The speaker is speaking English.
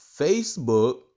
facebook